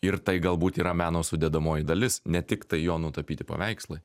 ir tai galbūt yra meno sudedamoji dalis ne tiktai jo nutapyti paveikslai